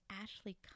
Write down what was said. Ashley